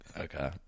Okay